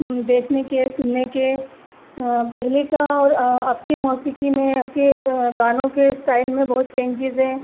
دیکھنے کے سننے کے پہلے کا اور اب کے موسیقی میں اب کے گانوں کے اسٹائل میں بہت چینجیز ہیں